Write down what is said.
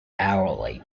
hourly